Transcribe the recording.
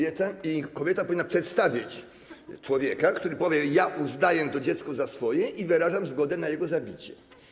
I kobieta powinna przedstawiać człowieka, który powie: Ja uznaję to dziecko za swoje i wyrażam zgodę na jego zabicie.